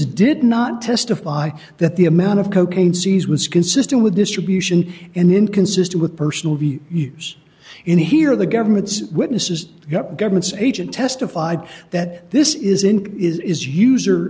witnesses did not testify that the amount of cocaine seize was consistent with distribution and inconsistent with personal use in here the government's witnesses government's agent testified that this is in is use